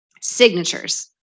Signatures